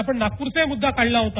आपण नागपूरचाही मुद्दा काढला होता